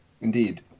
indeed